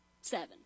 Seven